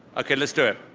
okay, lister